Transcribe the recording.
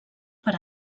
per